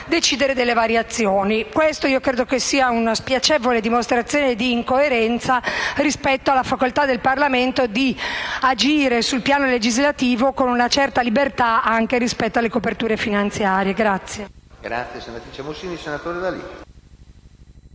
decidere delle variazioni. Credo che questa sia una spiacevole dimostrazione di incoerenza rispetto alla facoltà del Parlamento di agire sul piano legislativo con una certa libertà, anche rispetto alle coperture finanziarie.